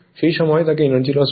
সেই সময়ে তাকে এনার্জি লস বলে